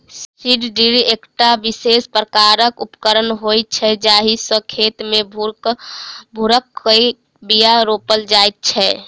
seed drill एकटा विशेष प्रकारक उपकरण होइत छै जाहि सॅ खेत मे भूर क के बीया रोपल जाइत छै